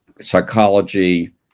psychology